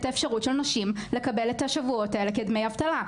האפשרות של נשים לקבל את השבועות האלה כדמי אבטלה.